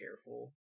careful